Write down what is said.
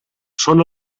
són